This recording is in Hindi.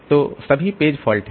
तो ये सभी पेज फॉल्ट हैं